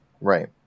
Right